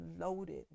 loaded